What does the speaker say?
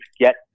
get